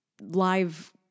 live